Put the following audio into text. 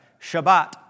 Shabbat